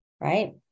right